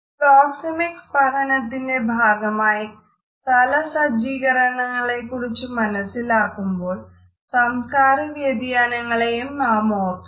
proxemics പഠനത്തിന്റെ ഭാഗമായി സ്ഥലസജ്ജീ കരണങ്ങളെക്കുറിച്ച് മനസ്സിലാക്കുമ്പോൾ സംസ്കാര വ്യതിയാനങ്ങളെയും നാം ഓർക്കണം